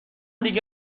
دیگه